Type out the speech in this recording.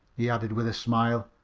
he added with a smile,